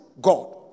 God